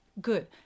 Good